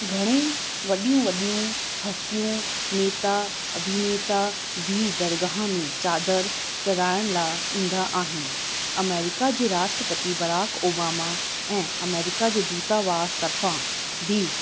घणेई वॾियूं वॾियूं हस्तियूं नेता अभिनेता बि दरगाह में चादर चढ़ाइण लाइ ईंदा आहिनि अमेरिका जे राष्ट्रपति बराक ओबामा ऐं अमेरिका जे दूतावास तर्फ़ा बि